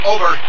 Over